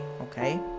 okay